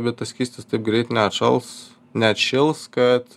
bet tas skystis taip greit neatšals neatšils kad